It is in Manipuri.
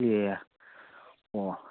ꯑꯦ ꯑꯣ